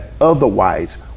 otherwise